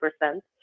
percent